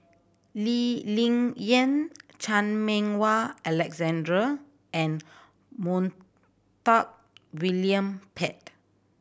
Lee Ling Yen Chan Meng Wah Alexander and Montague William Pett